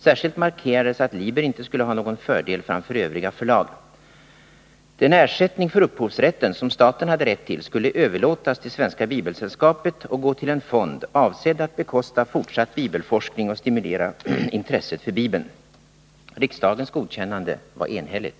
Särskilt markerades att Liber inte skulle ha någon fördel framför bekosta fortsatt bibelforskning och stimulera intresset för bibeln. Riksdagens godkännande var enhälligt.